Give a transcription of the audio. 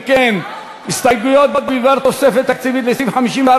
אם כן, הסתייגויות בדבר תוספת תקציבית לסעיף 54